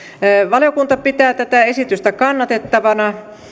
valiokunta pitää kannatettavana